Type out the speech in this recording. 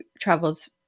travels